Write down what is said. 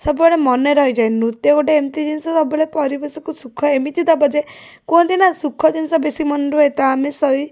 ସବୁବେଳେ ମନେ ରହିଯାଏ ନୃତ୍ୟ ଗୋଟେ ଏମିତି ଜିନିଷ ସବୁବେଳେ ପରିବେଶକୁ ସୁଖ ଏମିତି ଦେବ ଯେ କୁହନ୍ତି ନା ସୁଖ ଜିନିଷ ବେଶୀ ମନେ ରୁହେ ତ ଆମେ ସେଇ